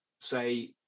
say